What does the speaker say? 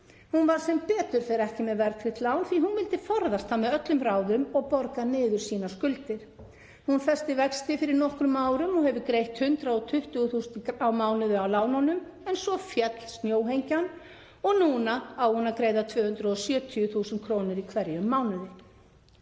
Hún var sem betur fer ekki með verðtryggt lán því hún vildi forðast það með öllum ráðum og borga niður sínar skuldir. Hún festi vexti fyrir nokkrum árum og hefur greitt 120.000 á mánuði af lánunum. En svo féll snjóhengjan og núna á hún að greiða 270.000 kr. í hverjum mánuði.